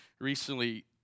recently